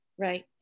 Right